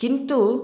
किन्तु